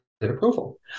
approval